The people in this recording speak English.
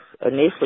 initially